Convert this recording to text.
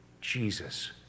Jesus